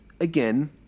again